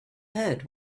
heard